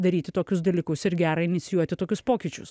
daryti tokius dalykus ir gera inicijuoti tokius pokyčius